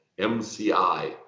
MCI